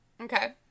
Okay